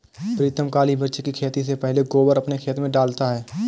प्रीतम काली मिर्च की खेती से पहले गोबर अपने खेत में डालता है